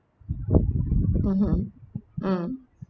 mmhmm mm